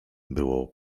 było